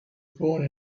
born